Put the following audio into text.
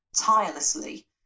tirelessly